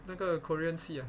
那个 korean 戏啊